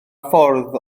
ffordd